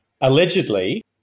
Allegedly